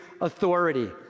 authority